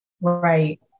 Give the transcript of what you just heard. Right